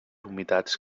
humitats